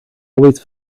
always